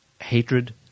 hatred